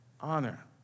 Honor